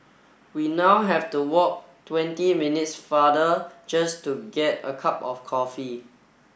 we now have to walk twenty minutes farther just to get a cup of coffee